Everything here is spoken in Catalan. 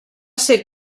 ser